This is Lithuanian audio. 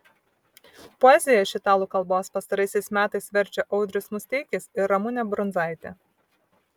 poeziją iš italų kalbos pastaraisiais metais verčia audrius musteikis ir ramunė brundzaitė